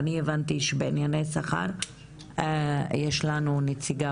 אני הבנתי שבענייני שכר יש לנו נציגה